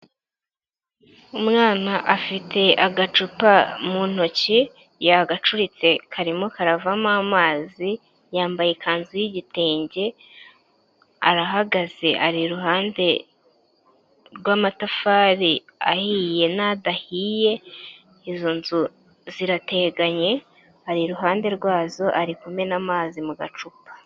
Umwana afite agacupa mu ntoki, yagacuritse karimo karavamo amazi, yambaye ikanzu y'igitenge, arahagaze ari iruhande rw'amatafari ahiye n'adahiye, izo nzu zirateganye ari iruhande rwazo, arikumena amazi mu gacupa.